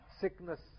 Sickness